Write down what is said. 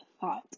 thought